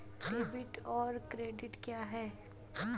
Debit और credit क्या है?